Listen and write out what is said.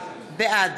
בעד